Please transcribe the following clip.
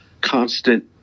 constant